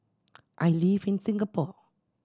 I live in Singapore